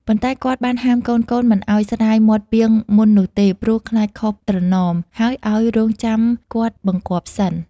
ប៉ុន្តែគាត់បានហាមកូនៗមិនឲ្យស្រាយមាត់ពាងមុននោះទេ ព្រោះខ្លាចខុសត្រណម ហើយឲ្យរង់ចាំគាត់បង្គាប់សិន។